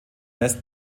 nest